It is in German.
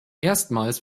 erstmals